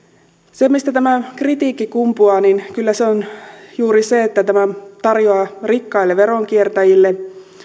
se mistä tämä kritiikki kumpuaa kyllä on juuri se että tämä tarjoaa rikkaille veronkiertäjille